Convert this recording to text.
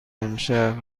امشب